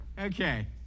Okay